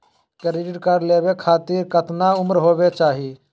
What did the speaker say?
Credit card लेवे खातीर कतना उम्र होवे चाही?